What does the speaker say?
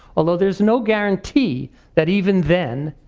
although there's no guarantee that even then,